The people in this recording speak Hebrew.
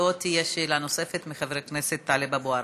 ועוד תהיה שאלה נוספת לחבר הכנסת טלב אבו עראר.